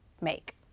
make